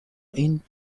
این